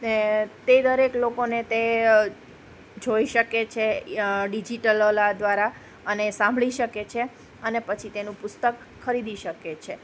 અને તે દરેક લોકોને તે જોઈ શકે છે ડિજિટલ ઓલા દ્વારા અને સાંભળી શકે છે અને પછી તેનું પુસ્તક ખરીદી શકે છે